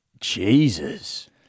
Jesus